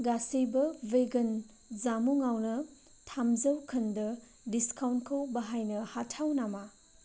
गासैबो भेगान जामुंआवनो थामजौ खोन्दो डिसकाउन्टखौ बाहायनो हाथाव नामा